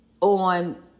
on